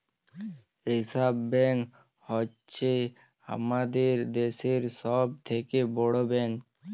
reserve bank হ্য়চ্ছ হামাদের দ্যাশের সব থেক্যে বড় ব্যাঙ্ক